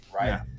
right